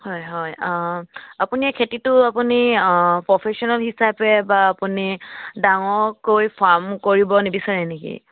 হয় হয় আপুনি খেতিটো আপুনি প্ৰফেশচনেল হিচাপে বা আপুনি ডাঙৰকৈ ফাৰ্ম কৰিব নিবিচাৰে নেকি